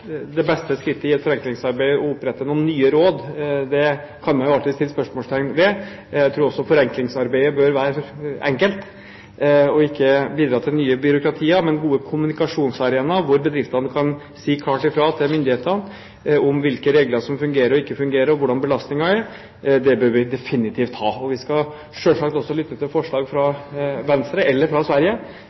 beste skrittet å ta i et forenklingsarbeid er å opprette noen nye råd, kan man alltids sette spørsmålstegn ved. Jeg tror også forenklingsarbeidet bør være enkelt og ikke bidra til nye byråkratier, men bidra til gode kommunikasjonsarenaer hvor bedriftene kan si klart ifra til myndighetene om hvilke regler som fungerer, eller ikke fungerer, og hvordan belastningen er. Det bør vi definitivt ha. Vi skal selvsagt også lytte til forslag fra Venstre, eller fra Sverige,